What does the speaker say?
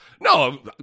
No